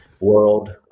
world